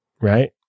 right